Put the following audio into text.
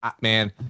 Man